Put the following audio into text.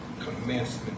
commencement